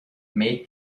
made